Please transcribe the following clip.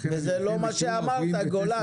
וזה לא מה שאמרת גולן,